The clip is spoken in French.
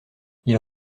ils